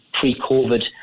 pre-COVID